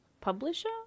Publisher